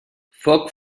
foc